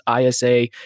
ISA